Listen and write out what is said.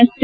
ರಸ್ತೆ